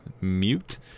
Mute